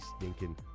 stinking